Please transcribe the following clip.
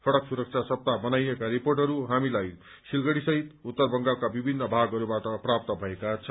सड़क सुरक्षा सप्ताह मनाइएका रिपोर्टहरू हामीलाई सिलगढ़ी सहित उत्तर बंगालका विभिन्न भागबाट प्राप्त भएका छन्